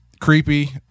creepy